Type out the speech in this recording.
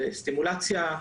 לסטימולציה,